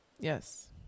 Yes